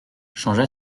changea